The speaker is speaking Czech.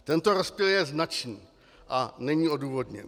Tento rozptyl je značný a není odůvodněný.